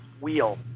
wheel